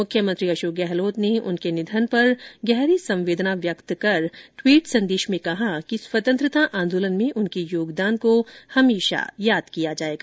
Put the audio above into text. मुख्यमंत्री अशोक गहलोत ने उनके निधन पर गहरी संवेदनाएं व्यक्त करते हुए ट्वीट संदेश में कहा कि स्वतंत्रता आंदोलन में उनके योगदान को सदैव याद किया जाएगा